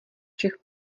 čech